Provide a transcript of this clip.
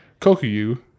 Kokuyu